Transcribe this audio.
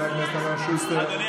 חבר הכנסת אמנון שוסטר,